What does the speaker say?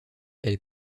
elle